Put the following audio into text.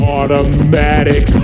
Automatic